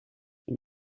een